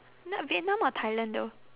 n~ vietnam or thailand though